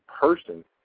person